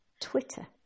Twitter